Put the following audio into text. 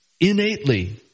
innately